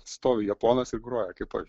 stovi japonas groja kaip aš